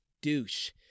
douche